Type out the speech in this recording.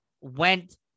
went